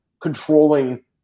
controlling